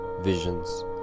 visions